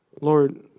Lord